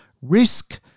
risk